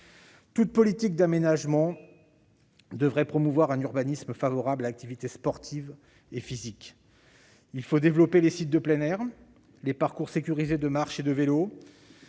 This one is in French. Toute politique d'aménagement devrait promouvoir un urbanisme favorable à l'activité sportive et physique. Il faut développer les sites de plein air, les parcours sécurisés de marche et de vélo,